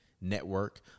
Network